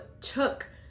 took